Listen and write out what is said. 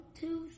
two